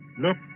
Look